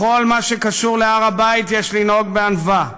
בכל מה שקשור בהר הבית יש לנהוג בענווה.